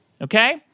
Okay